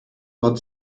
bud